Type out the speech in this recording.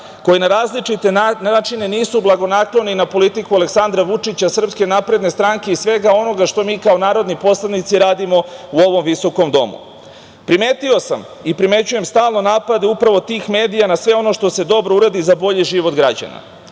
koji na različite načine nisu blagonakloni na politiku Aleksandra Vučića, SNS i svega onoga što mi kao narodni poslanici radimo u ovom visokom domu. Primetio sam i primećujem stalno napade tih medija na sve ono što se dobro uradi za bolji život građana,